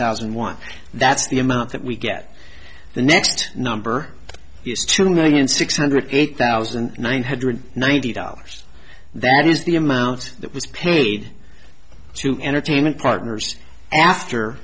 thousand and one that's the amount that we get the next number is two million six hundred eight thousand nine hundred ninety dollars that is the amount that was paid to entertainment partners after